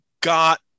got